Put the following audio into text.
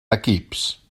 equips